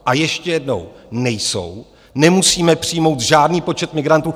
A ještě jednou nejsou, nemusíme přijmout žádný počet migrantů.